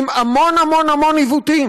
עם המון המון המון עיוותים.